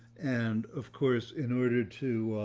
and of course, in order to,